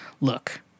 look